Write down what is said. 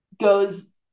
goes